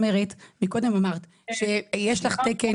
קודם אמרת שיש לך תקן,